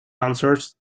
answers